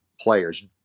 players